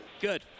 Good